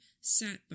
sat